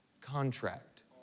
contract